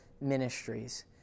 ministries